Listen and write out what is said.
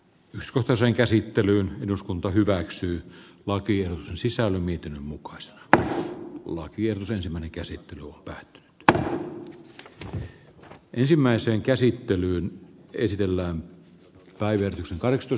jos koko sen käsittelyyn eduskunta hyväksyy lakiin sisälly miten mukamas ol kierros ensimmäinen käsittely päättyy tähän vaan ensimmäiseen käsittelyyn esitellään siirretään tännepäin